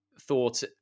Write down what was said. thought